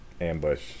ambush